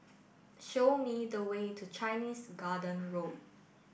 show me the way to Chinese Garden Road